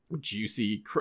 Juicy